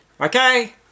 Okay